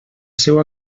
seua